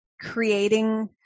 creating